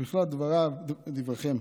שבכלל דבריו דבריכם.